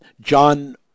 John